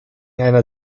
einer